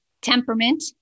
temperament